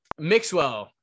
Mixwell